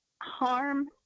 harm